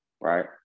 right